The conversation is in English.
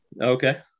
Okay